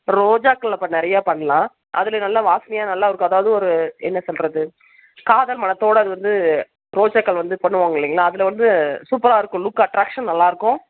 ரோஜாக்கள்ல்ல இப்போ நிறையா பண்ணலாம் அதில் நல்லா வாசனையாக நல்லா இருக்கும் அதாவது ஒரு என்ன சொல்லுறது காதல் மணத்தோட அது வந்து ரோஜாக்கள் வந்து பண்ணுவாங்க இல்லைங்களா அதில் வந்து சூப்பராக இருக்கும் லுக் அட்ராக்ஷன் நல்லாருக்கும்